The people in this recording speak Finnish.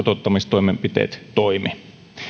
kotouttamistoimenpiteet toimi